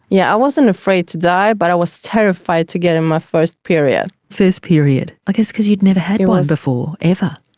yeah i wasn't afraid to die but i was terrified to get my first period. first period. i guess because it you'd never had one before, ever.